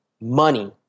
money